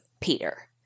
Peter